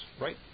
right